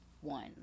one